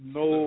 no